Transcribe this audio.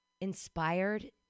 inspired